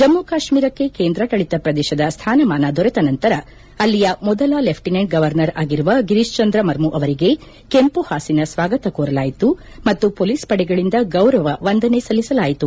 ಜಮ್ಮಿ ಕಾಶ್ಮೀರಕ್ಕೆ ಕೇಂದ್ರಾಡಳಿತ ಪ್ರದೇಶದ ಸ್ವಾನಮಾನ ದೊರೆತ ನಂತರ ಅಲ್ಲಿಯ ಮೊದಲ ಲೆಫ್ಲಿನೆಂಟ್ ಗವರ್ನರ್ ಆಗಿರುವ ಗಿರೀಶ್ ಚಂದ್ರ ಮರ್ಮು ಅವರಿಗೆ ಕೆಂಪುಹಾಸಿನ ಸ್ನಾಗತ ಕೋರಲಾಯಿತು ಮತ್ತು ಪೊಲೀಸ್ ಪಡೆಗಳಿಂದ ಗೌರವ ವಂದನೆ ಸಲ್ಲಿಸಲಾಯಿತು